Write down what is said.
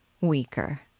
weaker